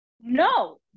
No